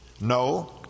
No